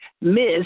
Miss